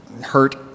hurt